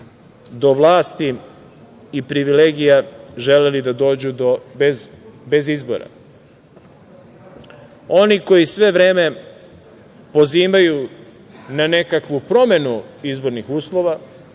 do vlasti i privilegija želeli da dođu bez izbora, oni koji sve vreme pozivaju na nekakvu promenu izbornih uslova,